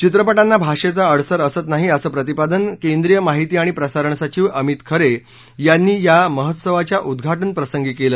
चित्रपटांना भाषेचा अडसर असत नाही असं प्रतिपादन केंद्रीय माहिती आणि प्रसारण सचिव अमित खरे यांनी या महोत्सवाच्या उद्वाटन प्रसंगी केलं